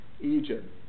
Egypt